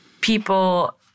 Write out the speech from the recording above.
people